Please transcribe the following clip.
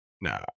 no